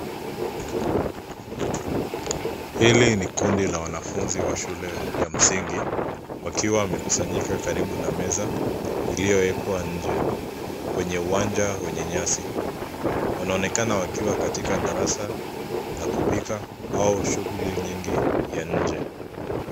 Hili ni kundi la wanafunzi wa shule ya msingi, wakiwa wamekusanyika karibu na, meza ilioekwa nje, kwenye uwanja wenye nyasi. Wanaonekana wakiwa katika darasa la kupika, au shughuli nyingi za nje.